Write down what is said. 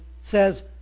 says